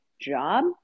job